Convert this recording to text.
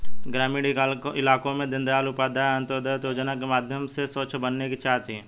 ग्रामीण इलाकों को दीनदयाल उपाध्याय अंत्योदय योजना के माध्यम से स्वच्छ बनाने की चाह थी